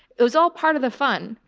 it was all part of the fun,